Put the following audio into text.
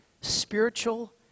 spiritual